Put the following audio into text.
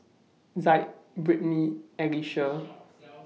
Zaid Britney and Alycia